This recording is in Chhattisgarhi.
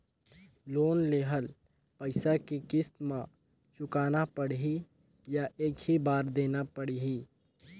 लोन लेहल पइसा के किस्त म चुकाना पढ़ही या एक ही बार देना पढ़ही?